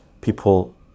people